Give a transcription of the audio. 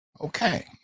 Okay